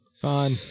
Fine